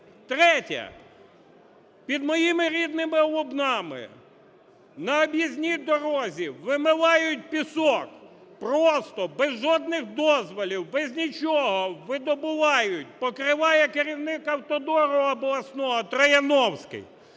Третє. Під моїми рідними Лубнами на об'їзній дорозі вимивають пісок просто без жодних дозволів, без нічого видобувають, покриває керівник "Автодору" обласного Трояновський.